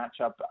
matchup